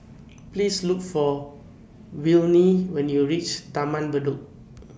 Please Look For Willene when YOU REACH Taman Bedok